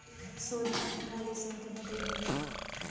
शोध फंड खाली शोध बदे होला